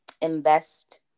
invest